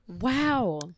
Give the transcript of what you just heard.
Wow